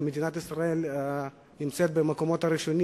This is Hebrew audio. מדינת ישראל נמצאת במקומות הראשונים